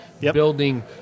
building